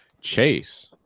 Chase